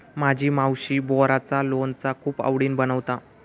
माझी मावशी बोराचा लोणचा खूप आवडीन बनवता